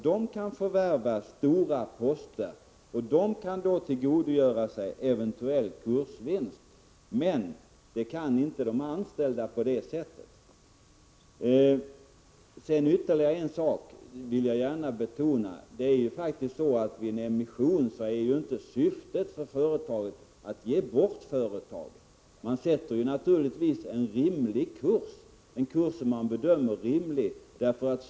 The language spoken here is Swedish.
De kan förvärva stora poster och tillgodogöra sig eventuella kursvinster, men det kan alltså inte de anställda göra. Sedan vill jag betona ytterligare en sak: Vid en emission är faktiskt inte företagets syfte att ge bort företaget. Man sätter naturligtvis en kurs som man bedömer såsom rimlig.